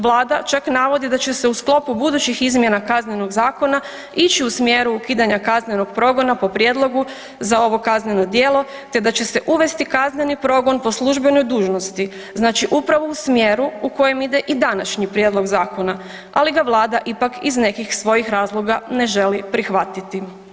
Vlada čak navodi da će se u sklopu budućih izmjena Kaznenog zakona ići u smjeru ukidanja kaznenog progona po prijedlogu za ovo kazneno djelo te da će se uvesti kazneni progon po službenoj dužnosti, znači upravo u smjeru u kojem ide i današnji prijedlog zakona, ali ga Vlada ipak, iz nekih svojih razloga ne želi prihvatiti.